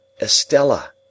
Estella